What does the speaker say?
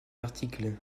article